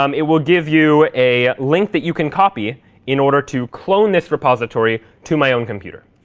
um it will give you a link that you can copy in order to clone this repository to my own computer.